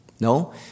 No